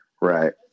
Right